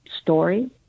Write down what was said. story